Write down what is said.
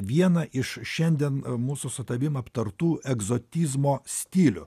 vieną iš šiandien mūsų su tavim aptartų egzotizmo stilių